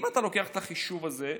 אם אתה לוקח את החישוב הזה,